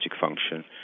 function